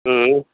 अँ